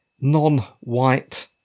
non-white